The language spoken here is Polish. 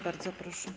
Bardzo proszę.